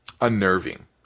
unnerving